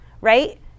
right